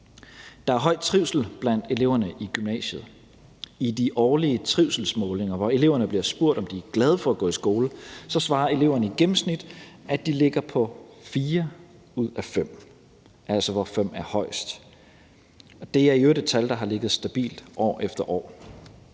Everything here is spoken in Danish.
Der er høj trivsel blandt eleverne i gymnasiet. I de årlige trivselsmålinger, hvor eleverne bliver spurgt, om de er glade for at gå i skole, svarer eleverne i gennemsnit, at de ligger på fire ud af fem, altså hvor fem er højest. Det er i øvrigt et tal, der har ligget stabilt år efter år.